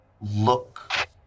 look